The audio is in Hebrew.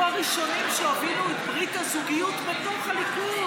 הראשונים שהובילו את ברית הזוגיות בתוך הליכוד,